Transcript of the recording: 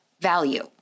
value